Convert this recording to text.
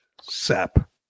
Sap